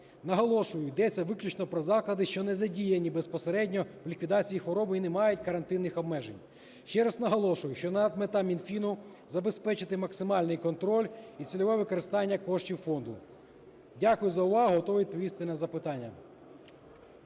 Наголошую, йдеться виключно про заклади, що не задіяні безпосередньо в ліквідації хвороби і не мають карантинних обмежень. Ще раз наголошую, що надмета Мінфіну – забезпечити максимальний контроль і цільове використання коштів фонду. Дякую за увагу. Готовий відповісти на запитання.